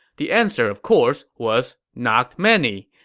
the answer, of course, was not many.